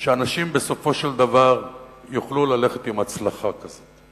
שאנשים בסופו של דבר יוכלו ללכת עם הצלחה כזאת.